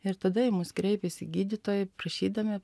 ir tada į mus kreipėsi gydytojai prašydami